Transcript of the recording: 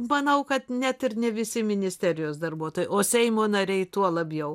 manau kad net ir ne visi ministerijos darbuotojai o seimo nariai tuo labiau